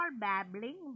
babbling